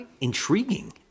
intriguing